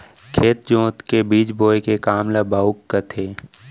खेत जोत के बीज बोए के काम ल बाउक कथें